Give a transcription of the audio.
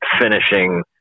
finishing